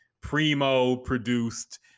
primo-produced